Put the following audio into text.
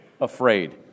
afraid